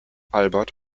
albert